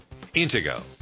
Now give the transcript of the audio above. Intego